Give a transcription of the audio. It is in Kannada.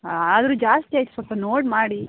ಹಾಂ ಆದರು ಜಾಸ್ತಿ ಆಯ್ತು ಸ್ವಲ್ಪ ನೋಡಿ ಮಾಡಿ